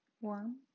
one